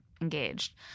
engaged